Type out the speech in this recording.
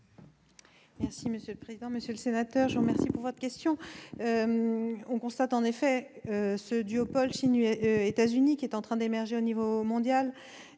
secrétaire d'État. Monsieur le sénateur, je vous remercie de votre question. On constate en effet qu'un duopole Chine-États-Unis est en train d'émerger au niveau mondial.